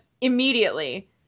immediately